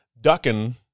ducking